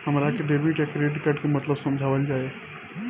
हमरा के डेबिट या क्रेडिट कार्ड के मतलब समझावल जाय?